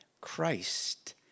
Christ